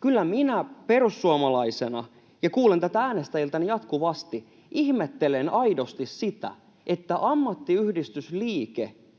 Kyllä minä perussuomalaisena — ja kuulen tätä äänestäjiltäni jatkuvasti — ihmettelen aidosti sitä, että ammattiyhdistysliike,